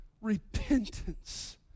repentance